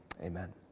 amen